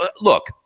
look